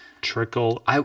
trickle